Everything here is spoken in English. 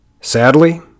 Sadly